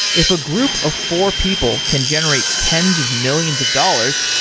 if a group of four people can generate tens of millions of dollars,